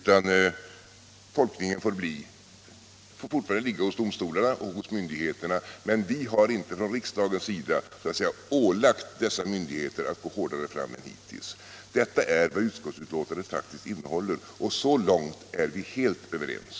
Tolkningen får fortfarande ligga hos myndigheter och domstolar, men vi har inte från riksdagens sida ålagt dessa myndigheter att gå hårdare fram än hittills. Detta är vad utskottsbetänkandet faktiskt innehåller, och så långt är vi helt överens.